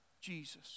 Jesus